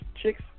Chicks